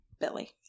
Billy